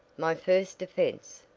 my first offense!